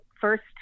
first